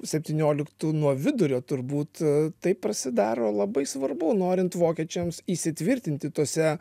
septynioliktų nuo vidurio turbūt tai pasidaro labai svarbu norint vokiečiams įsitvirtinti tuose